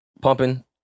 pumping